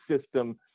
system